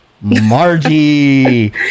margie